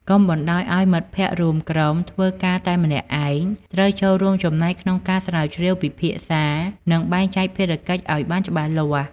កុំបណ្តោយឱ្យមិត្តរួមក្រុមធ្វើការតែម្នាក់ឯង ត្រូវចូលរួមចំណែកក្នុងការស្រាវជ្រាវ ពិភាក្សា និងបែងចែកភារកិច្ចឱ្យបានច្បាស់លាស់។